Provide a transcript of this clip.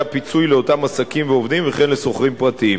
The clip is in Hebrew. הפיצוי לאותם עסקים ועובדים וכן לשוכרים הפרטיים.